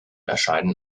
erscheinen